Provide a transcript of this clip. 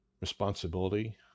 responsibility